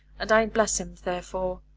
and i bless him therefor.